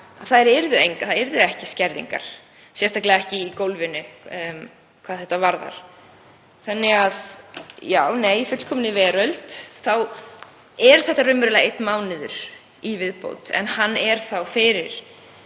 það yrðu engar skerðingar, sérstaklega ekki í gólfinu hvað þetta varðar. Þannig að nei, í fullkominni veröld væri þetta raunverulega einn mánuður í viðbót, en hann væri þá fyrir